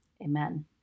Amen